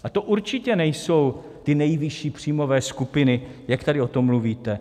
A to určitě nejsou ty nejvyšší příjmové skupiny, jak tady o tom mluvíte.